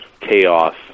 chaos